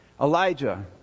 Elijah